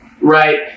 right